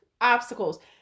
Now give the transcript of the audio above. obstacles